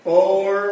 Four